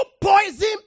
poison